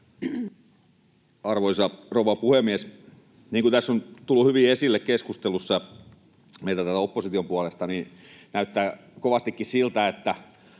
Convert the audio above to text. Arvoisa rouva puhemies! Niin kuin on tullut hyvin esille tässä keskustelussa meiltä täältä opposition puolesta, niin näyttää kovastikin siltä, että